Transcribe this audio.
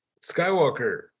Skywalker